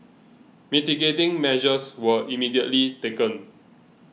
mitigating measures were immediately taken